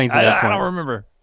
i don't remember.